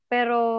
Pero